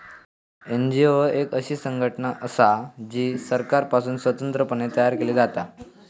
NGO एक अशी संघटना असा जी सरकारपासुन स्वतंत्र पणे तयार केली जाता